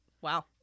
Wow